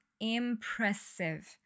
impressive